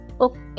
Okay